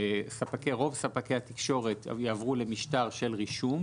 רוב ספקי התקשורת יעברו למשטר של רישום.